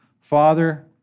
Father